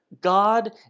God